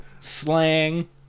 slang